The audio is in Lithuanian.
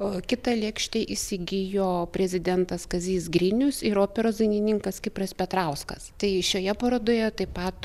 o kitą lėkštę įsigijo prezidentas kazys grinius ir operos dainininkas kipras petrauskas tai šioje parodoje taip pat